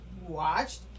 watched